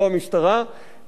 לא המשטרה,